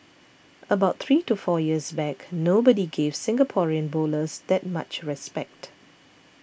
about three to four years back nobody gave Singaporean bowlers that much respect